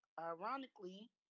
ironically